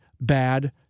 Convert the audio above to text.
bad